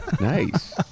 Nice